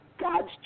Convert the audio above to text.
God's